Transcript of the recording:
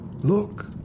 Look